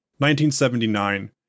1979